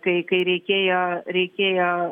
kai kai reikėjo reikėjo